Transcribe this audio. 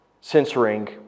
censoring